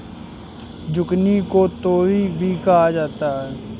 zucchini को तोरी भी कहा जाता है